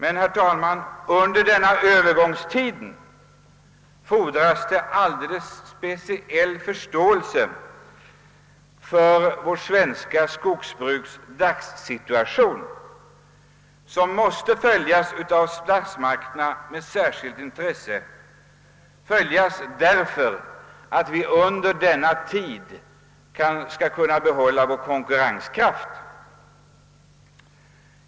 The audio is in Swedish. Men, herr talman, under denna övergångstid fordras det alldeles speciell förståelse för vårt svenska skogsbruks situation i dag, vilken måste följas av statsmakterna med särskilt intresse, så att vi under denna tid kan behålla vår konkurrenskraft.